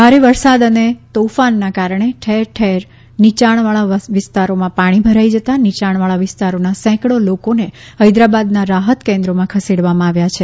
ભારે વરસાદ અને તોફાનના કારણે ઠેર ઠેર નીચાણવાળા વિસ્તારોમાં પાણી ભરાઈ જતાં નીચાણવાળા વિસ્તારોના સેંકડો લોકોને હૈદરાબાદના રાહત કેન્દ્રોમાં ખસેડવામાં આવ્યા છે